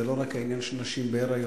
וזה לא רק העניין של נשים בהיריון,